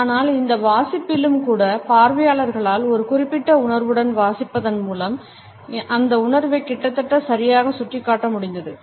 ஆனால் இந்த வாசிப்பிலும் கூட பார்வையாளர்களால் ஒரு குறிப்பிட்ட உணர்வுடன் வாசிப்பதன் முலம் அந்த உணர்வைக் கிட்டத்தட்ட சரியாக சுட்டிக்காட்ட முடிந்தது